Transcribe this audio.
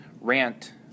rant